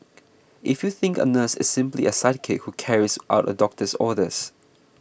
if you think a nurse is simply a sidekick who carries out a doctor's orders